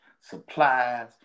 supplies